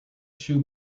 shoe